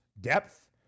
depth